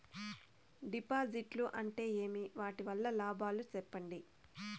డిపాజిట్లు అంటే ఏమి? వాటి వల్ల లాభాలు సెప్పండి?